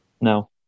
no